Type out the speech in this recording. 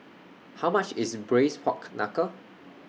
How much IS Braised Pork Knuckle